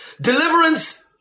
deliverance